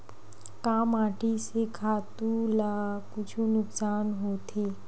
का माटी से खातु ला कुछु नुकसान होथे?